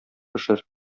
пешер